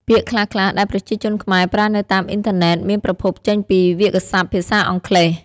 ពាក្យខ្លះៗដែលប្រជាជនខ្មែរប្រើនៅតាមអ៊ីនធឺណិតមានប្រភពចេញពីវាក្យសព្ទភាសាអង់គ្លេស។